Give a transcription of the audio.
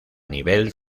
nivel